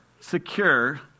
secure